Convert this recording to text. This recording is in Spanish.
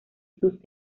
sus